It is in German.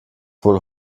wohl